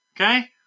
Okay